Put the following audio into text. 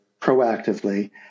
proactively –